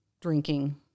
drinking